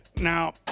Now